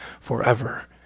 forever